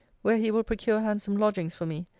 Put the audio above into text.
where he will procure handsome lodgings for me,